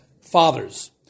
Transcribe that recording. fathers